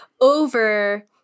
over